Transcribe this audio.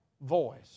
voice